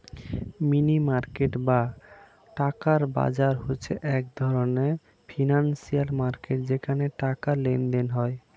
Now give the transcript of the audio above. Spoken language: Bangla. মানি মার্কেট বা টাকার বাজার হচ্ছে এক ধরণের ফিনান্সিয়াল মার্কেট যেখানে টাকার লেনদেন হয়